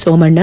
Somanna